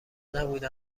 نبوده